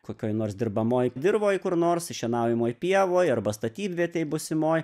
kokioj nors dirbamoj dirvoj kur nors šienaujamoj ir pievoj arba statybvietėj būsimoj